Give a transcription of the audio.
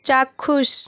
চাক্ষুষ